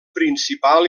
principal